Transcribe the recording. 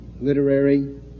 literary